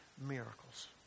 miracles